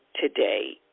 today